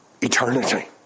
Eternity